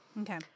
Okay